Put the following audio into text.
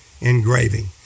engraving